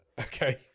Okay